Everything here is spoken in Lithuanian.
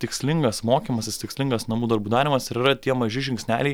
tikslingas mokymasis tikslingas namų darbų darymas yra tie maži žingsneliai